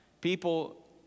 People